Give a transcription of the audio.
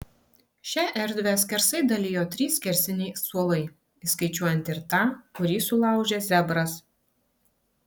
šią erdvę skersai dalijo trys skersiniai suolai įskaičiuojant ir tą kurį sulaužė zebras